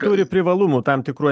turi privalumų tam tikrų